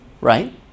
Right